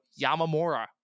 Yamamura